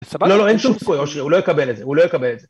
בסבבה? לא, לא, אין שום סיכוי אושרי, הוא לא יקבל את זה, הוא לא יקבל את זה.